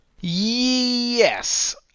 Yes